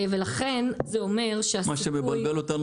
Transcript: ולכן זה אומר שהסיכוי --- מה שמבלבל אותנו